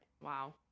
wow